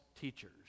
teachers